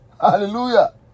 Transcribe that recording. Hallelujah